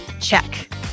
Check